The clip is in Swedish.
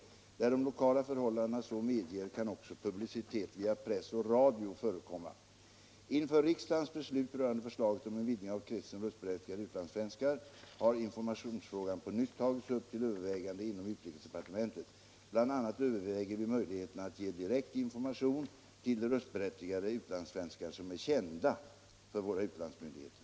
Där de lokala förhållandena så medger kan också publicitet via press och radio förekomma. Inför riksdagens beslut rörande förslaget om en vidgning av kretsen röstberättigade utlandssvenskar har informationsfrågan på nytt tagits upp till övervägande inom utrikesdepartementet. Bl. a. överväger vi möjligheterna att ge direkt information till de röstberättigade utlandssvenskar som är kända för våra utlandsmyndigheter.